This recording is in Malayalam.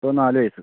ഇപ്പോൾ നാലുവയസ്സ്